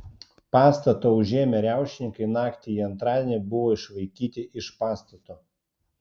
pastatą užėmę riaušininkai naktį į antradienį buvo išvaikyti iš pastato